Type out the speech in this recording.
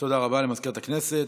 תודה רבה למזכירת הכנסת.